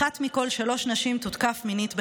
אחת מכל שלוש נשים תותקף מינית בחייה.